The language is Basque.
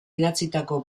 idatzitako